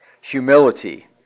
Humility